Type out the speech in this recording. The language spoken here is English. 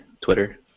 Twitter